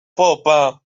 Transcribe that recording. popa